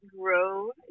Grow